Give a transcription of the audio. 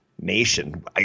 nation